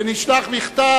ונשלח מכתב.